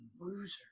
loser